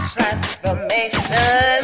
Transformation